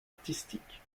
artistiques